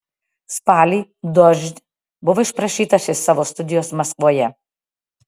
spalį dožd buvo išprašytas iš savo studijos maskvoje